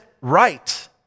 right